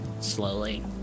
slowly